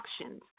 actions